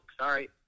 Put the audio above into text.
Sorry